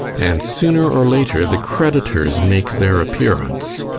and sooner or later the creditors make their appearance.